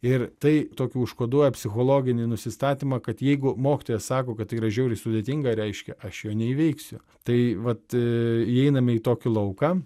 ir tai tokį užkoduoja psichologinį nusistatymą kad jeigu mokytojas sako kad tai yra žiauriai sudėtinga reiškia aš jo neįveiksiu tai vat įeiname į tokį lauką